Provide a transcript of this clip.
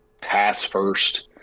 pass-first